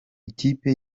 ikipe